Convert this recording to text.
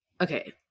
Okay